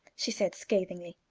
she said, scathingly.